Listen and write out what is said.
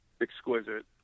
exquisite